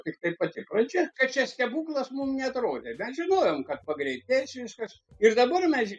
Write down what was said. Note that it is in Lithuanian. tiktai pati pradžia kad čia stebuklas mum neatrodė mes žinojom kad pagreitės viskas ir dabar mes